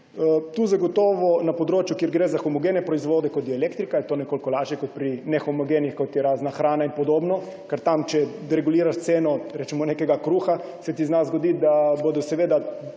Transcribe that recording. je to na področju, kjer gre za homogene proizvode, kot je elektrika, nekoliko lažje kot pri nehomogenih, kot je razna hrana in podobno. Ker tam, če reguliraš ceno recimo nekega kruha, se ti zna zgoditi, da bodo dobili